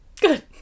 good